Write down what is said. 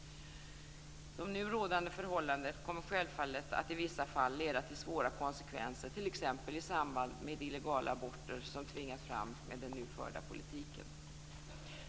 De nu rådande förhållandena kommer självfallet att i vissa fall leda till svåra konsekvenser, t.ex. i samband med illegala aborter, som tvingas fram med den nu förda politiken.